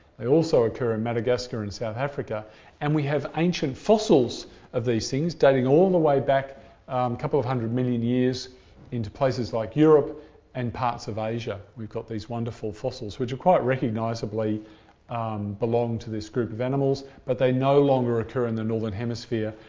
they also occur in madagascar and south africa and we have ancient fossils of these things dating all the way back a couple of hundred million years into like europe and parts of asia. we've got these wonderful fossils which quite recognisably belong to this group of animals, but they no longer occur in the northern hemisphere.